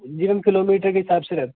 जी ma'am kilometre के हिसाब से है